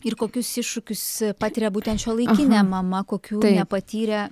ir kokius iššūkius patiria būtent šiuolaikinė mama kokių jie nepatyrė